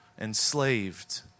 enslaved